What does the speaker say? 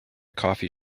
coffee